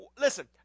Listen